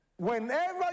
Whenever